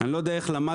אני לא יודע איך למדתם,